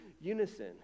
unison